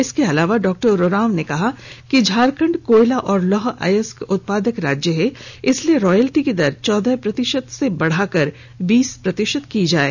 इसके अलावा डॉ उरांव ने कहा कि झारखंड कोयला और लौह अयस्क उत्पादक राज्य है इसलिए रॉयल्टी की दर चौदह प्रतिशत से बढ़ाकर बीस प्रतिशत की जाये